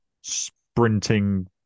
sprinting